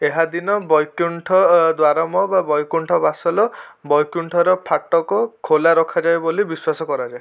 ଏହା ଦିନ ବୈକୁଣ୍ଠ ଦ୍ଵାରମ ବା ବୈକୁଣ୍ଠ ବାସଲ ବୈକୁଣ୍ଠର ଫାଟକ ଖୋଲା ରଖାଯାଏ ବୋଲି ବିଶ୍ୱାସ କରାଯାଏ